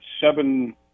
seven